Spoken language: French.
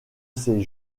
ces